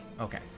okay